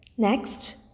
Next